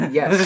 Yes